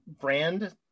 brand